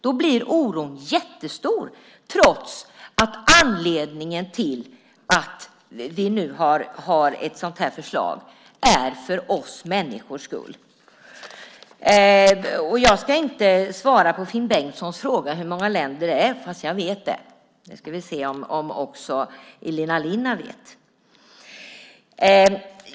Då blir oron jättestor, trots att det här förslaget är för vår, för människornas, skull. Jag ska inte svara på Finn Bengtssons fråga om hur många länder det handlar om, men jag vet det. Nu ska vi se om också Elina Linna vet.